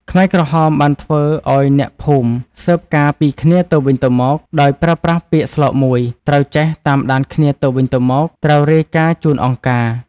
ខ្មែរក្រហមបានធ្វើឱ្យអ្នកភូមិស៊ើបការណ៍ពីគ្នាទៅវិញទៅមក ដោយប្រើប្រាស់ពាក្យស្លោកមួយ “ត្រូវចេះ តាមដានគ្នាទៅវិញទៅមក ត្រូវរាយការណ៍ជូនអង្គការ”។